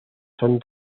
son